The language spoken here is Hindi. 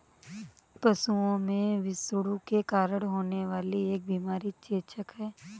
पशुओं में विषाणु के कारण होने वाली एक बीमारी चेचक है